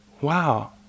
wow